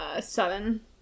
seven